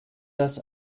das